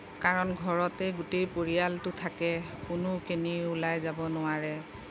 কাৰণ ঘৰতে গোটেই পৰিয়ালটো থাকে কোনো কেনিও ওলাই যাব নোৱাৰে